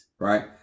Right